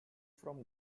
from